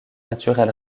naturel